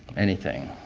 anything.